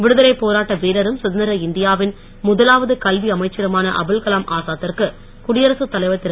விடுதலைப் போராட்ட வீரரும் சுதந்திர இந்தியாவின் முதலாவது கல்வி அமைச்சருமான அபுல் கலாம் ஆசாத்திற்கு குடியரசுத் தலைவர் திரு